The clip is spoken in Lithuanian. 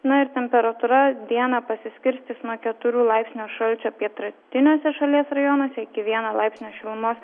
na ir temperatūra dieną pasiskirstys nuo keturių laipsnių šalčio pietrytiniuose šalies rajonuose iki vieno laipsnio šilumos